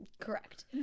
correct